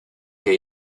que